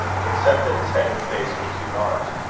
except that his head and face were too large.